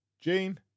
Jean